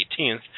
18th